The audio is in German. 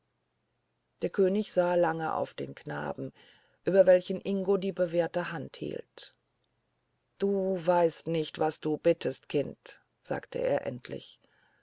der könig sah lange auf den knaben über welchen ingo die bewehrte hand hielt du weißt nicht was du bittest kind sagte er endlich